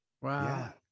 Wow